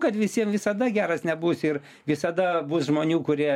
kad visiem visada geras nebūsi ir visada bus žmonių kurie